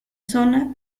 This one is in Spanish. zona